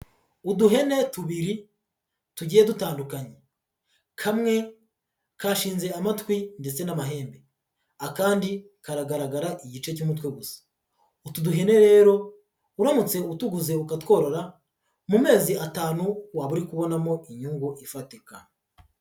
Uduhene tubiri tugiye dutandukanye, kamwe kashinze amatwi ndetse n'amahembe, akandi karagaragara igice cy'umutwe gusa, utu duhene rero uramutse utuguze ukatworora, mu mezi atanu waba uri kubonamo inyungu ifatika.